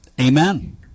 Amen